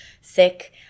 sick